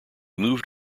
moved